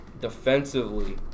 defensively